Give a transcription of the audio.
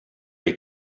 est